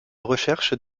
recherche